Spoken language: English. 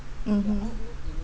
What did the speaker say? mmhmm